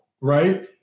right